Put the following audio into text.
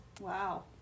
Wow